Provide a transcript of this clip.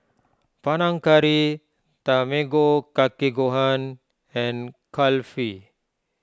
Panang Curry Tamago Kake Gohan and Kulfi